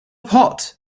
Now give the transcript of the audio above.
pot